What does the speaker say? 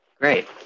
Great